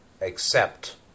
accept